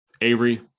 Avery